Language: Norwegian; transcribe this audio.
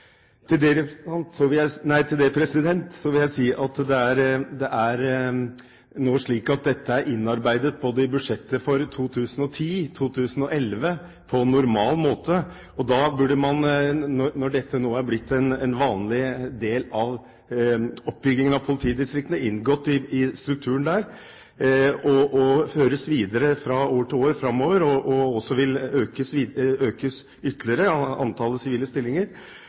Til det vil jeg si at dette er innarbeidet i budsjettene for både 2010 og 2011 på normal måte. Når dette nå har blitt en vanlig del av oppbyggingen av politidistriktene, inngått i strukturen der, og føres videre fra år til år framover, og man også vil øke antall sivile stillinger ytterligere,